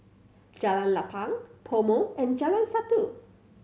Jalan Lapang PoMo and Jalan Satu